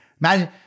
Imagine